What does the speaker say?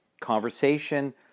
conversation